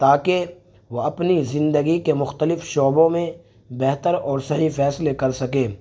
تاکہ وہ اپنی زندگی کے مختلف شعبوں میں بہتر اور صحیح فیصلے کر سکیں